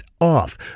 off